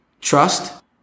trust